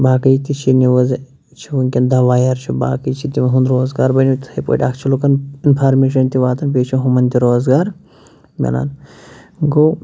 باقٕے تہِ چھِ نِوٕز چھِ وٕنۍکٮ۪ن دَ وایَر چھِ باقٕے چھِ تِہُنٛد روزگار بنیو تِتھٕے پٲٹھۍ اَکھ چھِ لُکَن اِنفارمیشَن تہِ واتان بیٚیہِ چھِ ہُمَن تہِ روزگار مِلان گوٚو